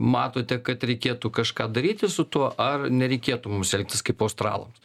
matote kad reikėtų kažką daryti su tuo ar nereikėtų mums elgtis kaip australams